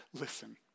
listen